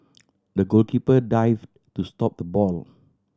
the goalkeeper dived to stop the ball